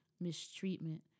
mistreatment